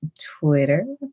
Twitter